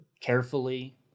carefully